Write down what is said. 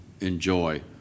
enjoy